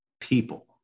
people